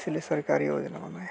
इसलिए सरकारी योजना बनाई है